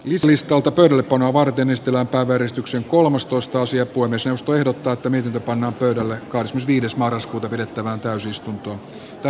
is listalta pöydällepanoa varten ystävänpäiväeristyksen kolmastoista sija kuin isä istui rattaita niityltä panna pöydälle kans viides marraskuuta pidettävään täysistuntoon ja